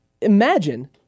imagine